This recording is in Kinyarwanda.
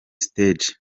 stage